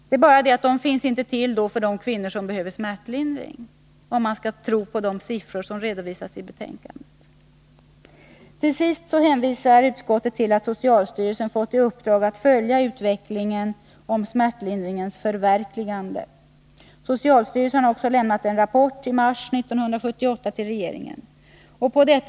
Det är bara det att de inte finns till för de kvinnor som verkligen behöver smärtlindring, om man skall tro på de siffror som redovisas i betänkandet. Till sist hänvisar utskottet till att socialstyrelsen fått i uppdrag att följa utvecklingen i fråga om smärtlindringens förverkligande. Socialstyrelsen har också i mars 1978 lämnat en rapport till regeringen.